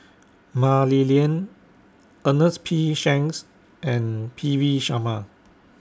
Mah Li Lian Ernest P Shanks and P V Sharma